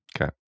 Okay